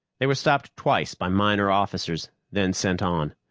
they were stopped twice by minor officers, then sent on.